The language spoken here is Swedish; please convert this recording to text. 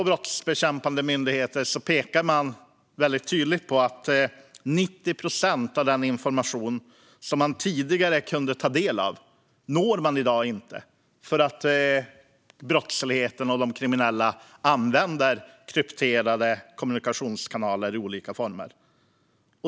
Brottsbekämpande myndigheter pekar tydligt på att man i dag inte når 90 procent av den information man tidigare kunde ta del av eftersom de kriminella använder krypterade kommunikationskanaler i olika former.